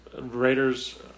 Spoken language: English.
Raiders